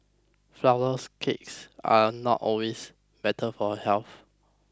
Flourless Cakes are not always better for health